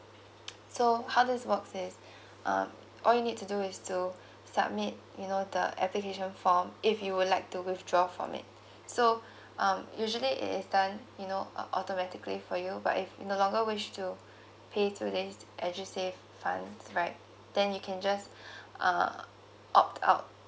so how this works is um all you need to do is to submit you know the application form if you would like to withdraw from it so um usually it is done you know uh automatically for you but if you no longer wish to pay through this edusave funds right then you can just uh opt out